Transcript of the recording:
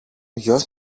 γιος